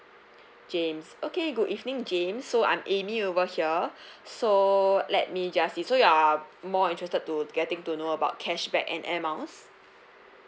james okay good evening james so I'm amy over here so let me just is so you are more interested to getting to know about cashback and air miles